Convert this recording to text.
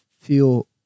feel